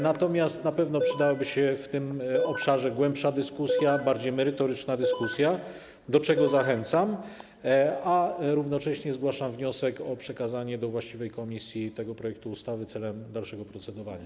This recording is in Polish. Natomiast na pewno przydałaby się w tym obszarze głębsza, bardziej merytoryczna dyskusja, do czego zachęcam, a równocześnie zgłaszam wniosek o przekazanie do właściwej komisji tego projektu ustawy celem dalszego procedowania.